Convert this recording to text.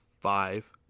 five